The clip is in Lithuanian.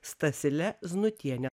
stasile znutienė